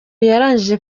yarangije